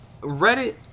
Reddit